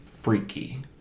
freaky